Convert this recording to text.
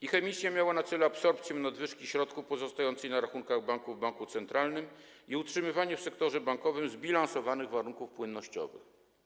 Ich emisja miała na celu absorbcję nadwyżki środków pozostających na rachunkach banku w Banku Centralnym i utrzymywanie w sektorze bankowym zbilansowanych warunków płynnościowych.